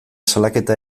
salaketa